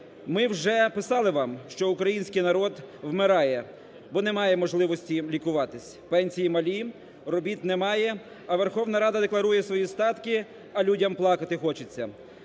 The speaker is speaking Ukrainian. Ми вже писали вам, що український народ вмирає, бо немає можливості лікуватися, пенсії малі, робіт немає, а Верховна Рада декларує свої статки, а людям плакати хочеться.